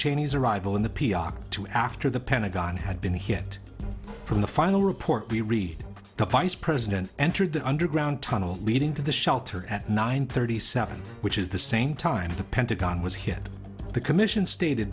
cheney's or rival in the p r to after the pentagon had been hit from the final report we read the vice president entered the underground tunnel leading to the shelter at nine thirty seven which is the same time the pentagon was hit the commission stated